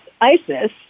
ISIS